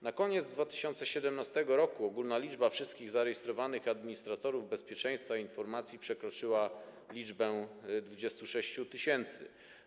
Na koniec 2017 r. ogólna liczba wszystkich zarejestrowanych administratorów bezpieczeństwa informacji przekroczyła liczbę 26 tys.